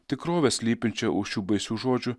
tikrovę slypinčią už šių baisių žodžių